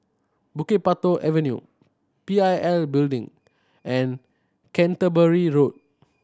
Bukit Batok Avenue P I L Building and Canterbury Road